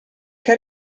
che